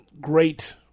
great